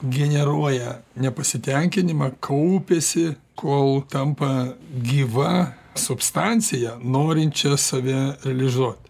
generuoja nepasitenkinimą kaupiasi kol tampa gyva substancija norinčia save realizuot